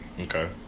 Okay